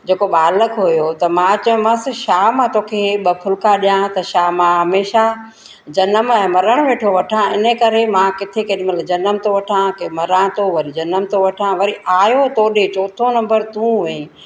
जेको बालक हुओ त मां चयोमांसि छा मां तोखे ॿ फुलिका ॾियां त छा मां हमेशा जनम ऐं मरण वेठो वठा हिन करे मां किथे केॾीमहिल जनम थो वठा कई मरा थो वरी जनम थो वठा वरी आहियो तोॾे चोथो नंबर तूं हुएईं